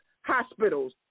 Hospitals